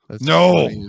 no